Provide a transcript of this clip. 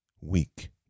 weak